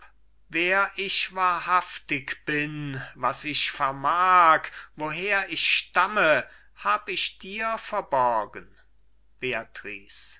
wer ich wahrhaftig bin was ich vermag woher ich stamme hab ich dir verborgen